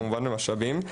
כמובן במשאבים,